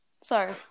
Sorry